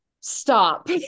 Stop